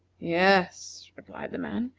yes, replied the man,